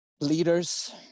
leaders